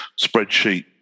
spreadsheet